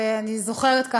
ואני זוכרת,